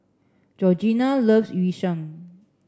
Georgina loves Yu Sheng